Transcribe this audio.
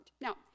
Now